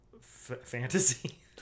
fantasy